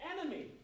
enemy